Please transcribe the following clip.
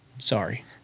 Sorry